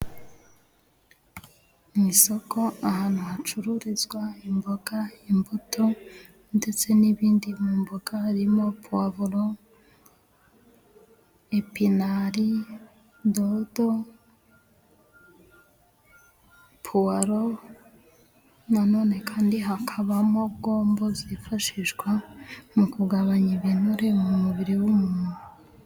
Mu isoko ahantu hacururizwa imboga, imbuto ndetse n'ibindi. Mu mboga harimo puwavuro, epinari, dodo, puwaro. Nanone kandi hakabamo bwombo zifashishwa mu kugabanya ibinure mu mubiri w'umuntu.